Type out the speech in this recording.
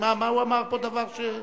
מה הוא אמר פה דבר, שר